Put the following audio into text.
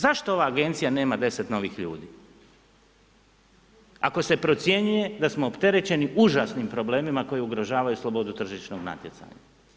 Zašto ova agencija nema 10 novih ljudi ako se procjenjuje da smo opterećeni užasnim problemima koji ugrožavaju slobodu tržišnog natjecanja?